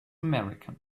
american